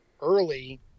early